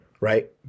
right